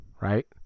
right